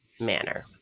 manner